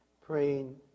praying